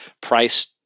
Price